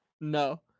No